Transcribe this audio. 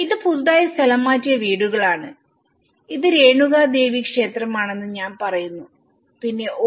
ഇത് പുതുതായി സ്ഥലം മാറ്റിയ വീടുകളാണ് ഇത് രേണുക ദേവി ക്ഷേത്രമാണെന്ന് ഞാൻ പറയുന്നു പിന്നെ ഓ